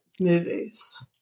movies